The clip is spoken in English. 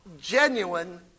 genuine